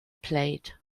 plate